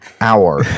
hour